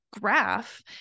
graph